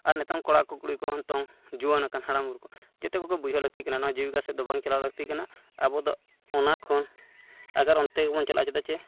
ᱟᱨ ᱱᱤᱛᱚᱝ ᱠᱚᱲᱟ ᱠᱚ ᱠᱩᱲᱤ ᱠᱚ ᱱᱤᱛᱚᱝ ᱡᱩᱣᱟᱹᱱᱟᱠᱟᱱ ᱦᱟᱲᱟᱢ ᱵᱩᱲᱦᱤ ᱠᱚ ᱡᱮᱛᱮ ᱠᱚᱜᱮ ᱵᱩᱡᱷᱟᱹᱣ ᱞᱟᱹᱠᱛᱤᱜ ᱠᱟᱱᱟ ᱱᱚᱣᱟ ᱡᱤᱵᱤᱠᱟ ᱥᱮᱫ ᱫᱚ ᱵᱟᱝ ᱪᱟᱞᱟᱣ ᱞᱟᱹᱠᱛᱤ ᱠᱟᱱᱟ ᱟᱵᱚ ᱫᱚ ᱚᱱᱟ ᱠᱷᱚᱱ ᱟᱜᱟᱨ ᱚᱱᱛᱮ ᱜᱮᱵᱚᱱ ᱪᱟᱞᱟᱜᱼᱟ ᱪᱮᱫᱟᱜ ᱪᱮ